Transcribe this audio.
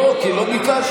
לא, כי לא ביקשת.